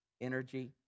energy